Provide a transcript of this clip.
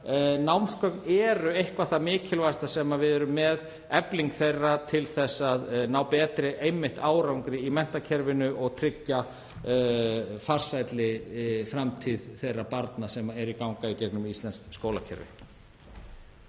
námsgögn eru eitthvað það mikilvægasta sem við erum með, efling þeirra, til að ná betri árangri í menntakerfinu og tryggja farsælli framtíð þeirra barna sem eru að ganga í gegnum íslenskt skólakerfi.